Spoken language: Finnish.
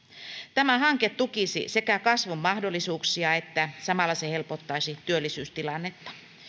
tämä hanke tukisi kasvun mahdollisuuksia ja samalla se helpottaisi työllisyystilannetta